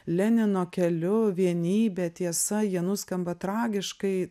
lenino keliu vienybė tiesa jie nuskamba tragiškai